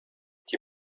die